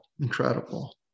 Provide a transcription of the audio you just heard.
incredible